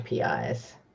APIs